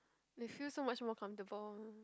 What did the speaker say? they feel so much more comfortable